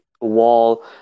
wall